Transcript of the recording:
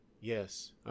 Yes